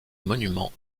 monument